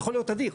יכול להיות אדיר.